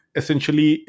essentially